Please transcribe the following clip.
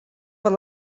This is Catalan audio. per